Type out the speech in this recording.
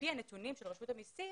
על-פי הנתונים של רשות המסים,